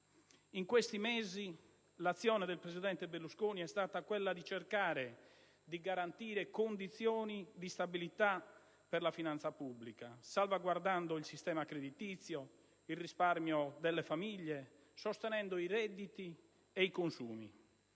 In questi mesi l'azione del presidente Berlusconi è stata quella di cercare di garantire condizioni di stabilità per la finanza pubblica, salvaguardando il sistema creditizio, il risparmio delle famiglie, sostenendo i redditi ed i consumi.